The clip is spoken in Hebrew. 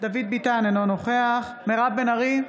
דוד ביטן, אינו נוכח מירב בן ארי,